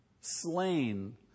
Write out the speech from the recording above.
slain